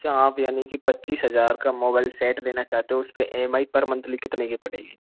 अच्छा आप यानि कि पच्चीस हजार का मोबाइल सेट लेना चाहते हो उस पे ई एम आई पर मंथली कितने की पड़ेगी